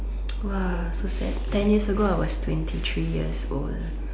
!wah! so sad ten years ago I was twenty three years old